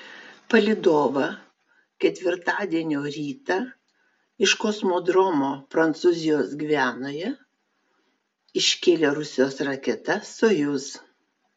palydovą ketvirtadienio rytą iš kosmodromo prancūzijos gvianoje iškėlė rusijos raketa sojuz